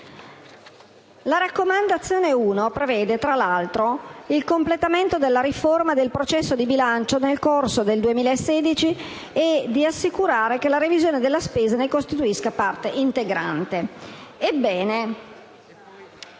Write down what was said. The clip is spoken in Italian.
La raccomandazione n. 1 prevede, tra l'altro, il completamento della riforma del processo di bilancio nel corso del 2016 e di assicurare che la revisione della spesa ne costituisca parte integrante.